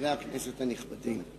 חברי הכנסת הנכבדים,